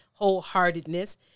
wholeheartedness